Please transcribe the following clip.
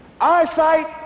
Eyesight